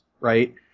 right